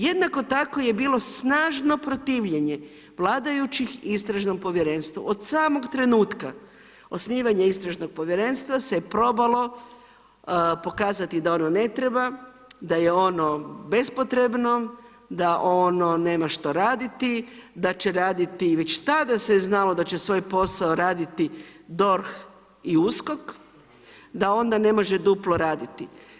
Jednako tako je bilo snažno protivljenje vladajućih istražnom povjerenstvu od samog trenutka osnivanja istražnog povjerenstva se probalo pokazati da ono ne treba, da je ono bespotrebno, da ono nema što raditi, da će raditi, već tada se je znalo da će svoj posao raditi DORH i USKOK da onda ne može duplo raditi.